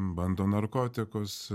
bando narkotikus